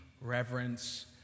reverence